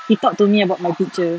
he talked to me about my picture